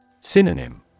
Synonym